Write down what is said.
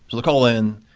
they'll call in.